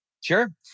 Sure